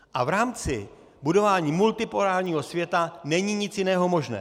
A v rámci budování multipolárního světa není nic jiného možné.